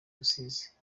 rusizi